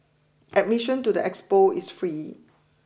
admission to the expo is free